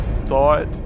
thought